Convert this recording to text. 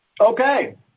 Okay